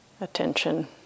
attention